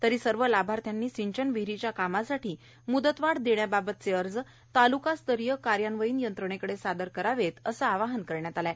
तरी सर्व लाभार्थ्यांनी सिंचन विहिरीच्या कामासाठी मुदतवाढ देण्याबाबतचे अर्ज तालुकास्तरीय कार्यान्वयीन यंत्रणेकडे सादर करावेत असे आवाहन करण्यात आले आहे